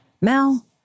Mel